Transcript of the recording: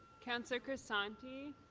counselor crisanti.